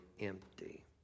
empty